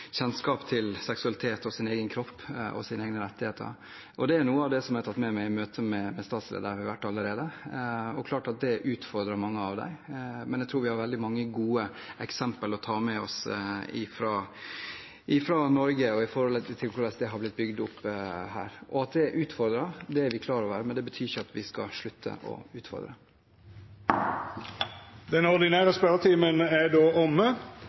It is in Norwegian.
kjennskap til seksualitet og egen kropp og egne rettigheter. Det er noe av det jeg har tatt med meg i møte med statsledere, det har vi hørt allerede. Det er klart at det utfordrer mange av dem. Men jeg tror vi har mange gode eksempler å ta med oss fra Norge, hvordan det har blitt bygd opp her. At det utfordrer, er vi klar over, men det betyr ikke at vi skal slutte å utfordre. Den ordinære spørjetimen er dermed omme.